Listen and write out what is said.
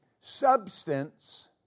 Substance